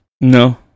No